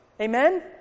Amen